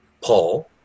Paul